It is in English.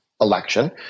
election